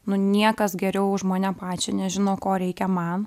nu niekas geriau už mane pačią nežino ko reikia man